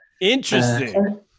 Interesting